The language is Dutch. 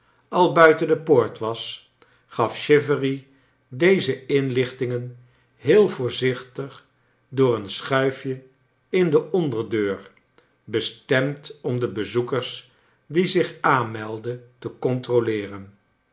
al buiten de poort was gaf chivery deze inlichtingen heel voorzichtig door een schuifje in de onderdeur bestemd om de bezoekers die zich aanmeldden te controleeren